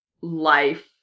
life